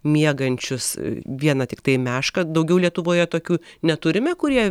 miegančius vieną tiktai mešką daugiau lietuvoje tokių neturime kurie